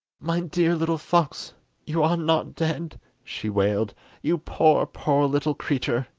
my dear little fox, you are not dead she wailed you poor, poor little creature,